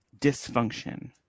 dysfunction